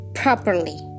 properly